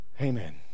amen